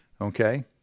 Okay